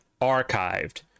archived